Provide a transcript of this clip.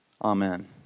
Amen